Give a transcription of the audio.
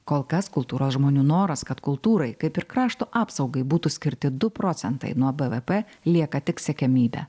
kol kas kultūros žmonių noras kad kultūrai kaip ir krašto apsaugai būtų skirti du procentai nuo bvp lieka tik siekiamybė